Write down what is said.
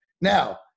Now